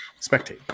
spectate